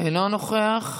אינו נוכח,